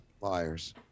liars